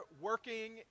working